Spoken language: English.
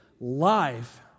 life